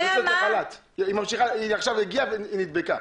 עובדת נדבקה, היא עכשיו הגיעה ונדבקה.